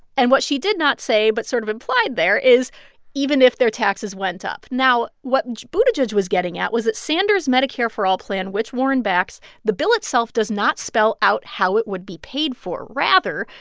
and what she did not say but sort of implied there is even if their taxes went up now what buttigieg was getting at was that sanders' medicare for all plan, which warren backs the bill itself does not spell out how it would be paid for. rather,